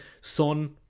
Son